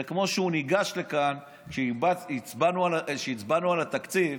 זה כמו שהוא ניגש לכאן כשהצבענו על התקציב,